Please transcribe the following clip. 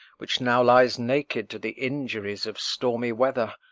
which now lies naked to the injuries of stormy weather,